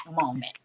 moment